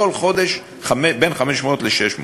בכל חודש בין 500 ל-600.